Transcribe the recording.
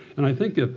and i think